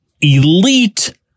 elite